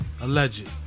Alleged